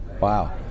Wow